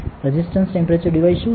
resistance temperature device શું છે